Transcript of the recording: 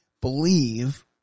believe